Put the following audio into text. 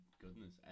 goodness